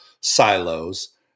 silos